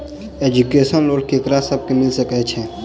Education loan ककरा सब केँ मिल सकैत छै?